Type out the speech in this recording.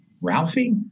Ralphie